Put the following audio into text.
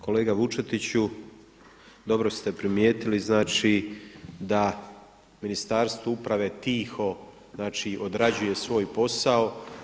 Kolega Vučetiću, dobro ste primijetili znači da Ministarstvo uprave tiho, znači odrađuje svoj posao.